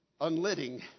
unlitting